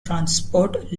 transport